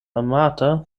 amata